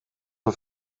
een